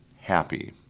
happy